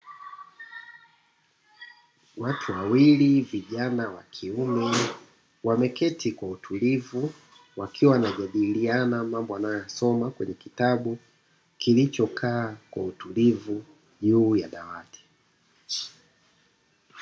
Watu wawili vijana wa kiume wameketi kwa utulivu wakiwa wanajadiliana mambo wanayoyasoma kwenye kitabu kilichokua kwa utulivu juu ya dawati.